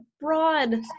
broad